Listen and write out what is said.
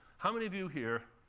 how many of you here,